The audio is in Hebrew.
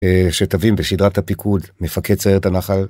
שתבין, בשדרת הפיקוד מפקד סיירת הנחל.